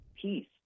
peace